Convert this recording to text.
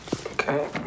Okay